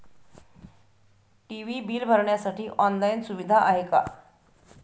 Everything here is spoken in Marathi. टी.वी बिल भरण्यासाठी ऑनलाईन सुविधा आहे का?